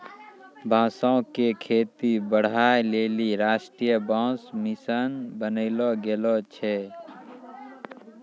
बांसो क खेती बढ़ाय लेलि राष्ट्रीय बांस मिशन बनैलो गेलो छै